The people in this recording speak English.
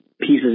pieces